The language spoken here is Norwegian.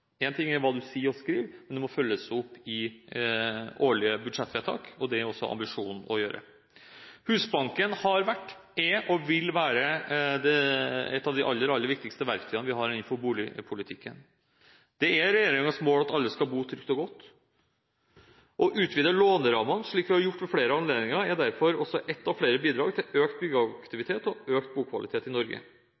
En ting er hva man sier og skriver, men det må følges opp i årlige budsjettvedtak. Det er vår ambisjon å gjøre det. Husbanken har vært, er og vil være et av de aller, aller viktigste verktøy vi har innenfor boligpolitikken. Det er regjeringens mål at alle skal bo trygt og godt. Å utvide lånerammene, slik vi har gjort ved flere anledninger, er derfor ett av flere bidrag til økt